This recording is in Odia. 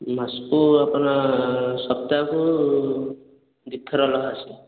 ମାସକୁ ଆପଣ ସପ୍ତାହକୁ ଦୁଇ ଥର ଆସ